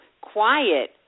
quiet